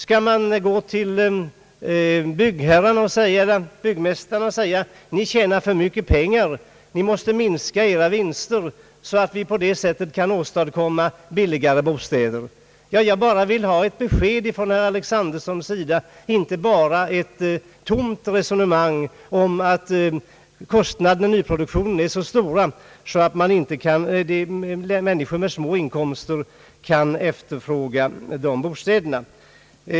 Skall man gå till byggmästarna och säga att de tjänar för mycket pengar och att de måste minska sina vinster så att vi på det sättet kan åstadkomma billigare bostäder? Jag vill ha ett bestämt besked från herr Alexanderson och inte bara ett tomt resonemang om att kostnaderna för nyproduktion är så stora att människor med små inkomster inte kan efterfråga dessa bostäder.